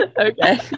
Okay